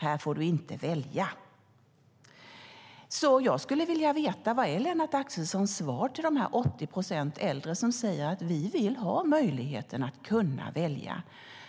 Här får du inte välja. Jag skulle vilja veta vad Lennart Axelssons svar är till de 80 procent äldre som säger att de vill ha möjligheten att välja.